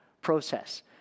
process